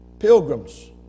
pilgrims